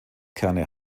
kerne